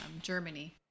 germany